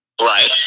Right